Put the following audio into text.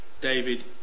David